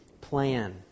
plan